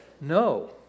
No